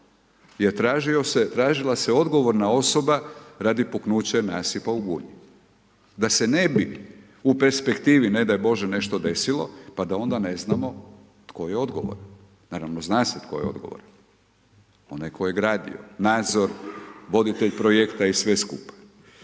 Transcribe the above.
tražila se odgovorna osoba radi puknuća nasipa u Gunji. Da se ne bi u perspektivi ne daj Bože nešto desilo pa da onda ne znamo tko je odgovoran. Naravno zna se tko je odgovoran, onaj tko je gradio, nadzor, voditelj projekta i sve skupa.